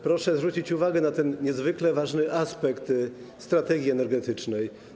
Proszę zwrócić uwagę na ten niezwykle ważny aspekt strategii energetycznej.